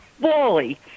fully